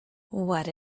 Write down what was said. what